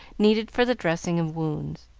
needed for the dressing of wounds.